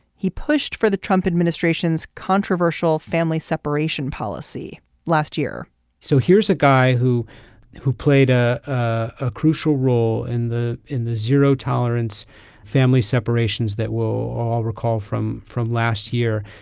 he pushed for the trump administration's controversial family separation policy last year so here's a guy who who played ah a crucial role in the in the zero tolerance family separations that will all recall from from last year.